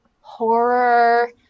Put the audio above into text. horror